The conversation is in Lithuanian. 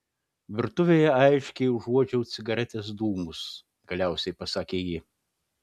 virtuvėje aiškiai užuodžiau cigaretės dūmus galiausiai pasakė ji